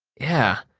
yeah,